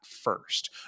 first